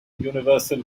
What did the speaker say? universal